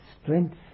strength